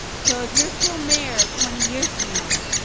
so if you're still mayor twenty years from now.